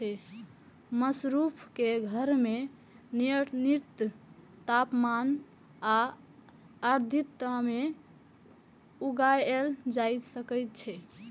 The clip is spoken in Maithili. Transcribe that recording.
मशरूम कें घर मे नियंत्रित तापमान आ आर्द्रता मे उगाएल जा सकै छै